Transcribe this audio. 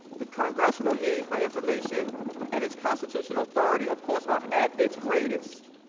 the congressional need for information and its constitutional authority, of course are at its greatest.